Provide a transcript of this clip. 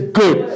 good